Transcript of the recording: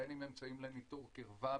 בין אם הם אמצעים לניטור קירבה,